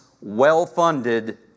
well-funded